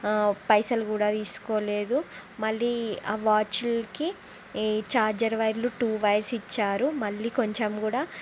పైసలు కూడా తీసుకోలేదు మళ్ళీ ఆ వాచ్లకి చార్జర్ వైర్లు టూ వైర్స్ ఇచ్చారు మళ్ళీ కొంచెం కూడా